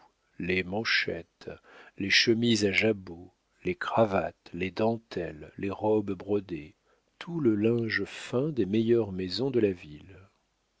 les manchettes les chemises à jabot les cravates les dentelles les robes brodées tout le linge fin des meilleures maisons de la ville